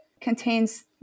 contains